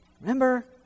remember